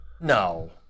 No